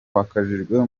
wakajijwe